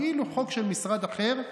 כאילו חוק של משרד אחר,